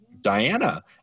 Diana